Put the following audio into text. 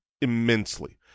immensely